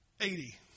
Eighty